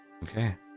Okay